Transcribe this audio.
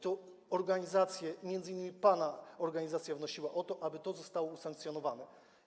To organizacje, m.in. pana organizacja, wnosiły o to, aby to zostało usankcjonowane.